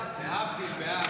סעיפים 1